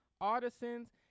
artisans